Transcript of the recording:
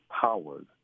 powers